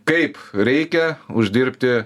kaip reikia uždirbti